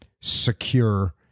secure